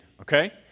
Okay